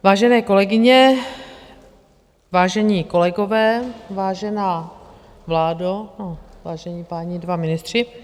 Vážené kolegyně, vážení kolegové, vážená vládo, no vážení páni dva ministři...